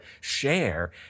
share